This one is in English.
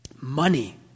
money